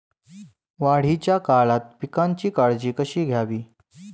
वाढीच्या काळात पिकांची काळजी कशी घ्यावी?